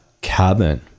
cabin